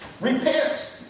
Repent